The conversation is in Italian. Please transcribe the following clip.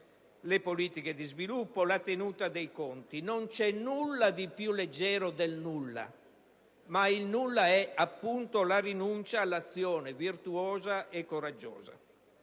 le politiche di sviluppo e la tenuta dei conti. Non c'è nulla di più leggero del nulla, ma il nulla è, appunto, la rinuncia all'azione virtuosa e coraggiosa.